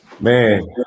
Man